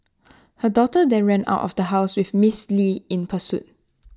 her daughter then ran out of house with miss li in pursuit